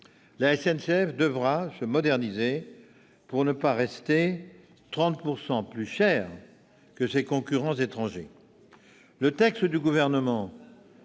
La SNCF devra se moderniser pour ne pas rester 30 % plus chère que ses concurrents étrangers. Le Gouvernement,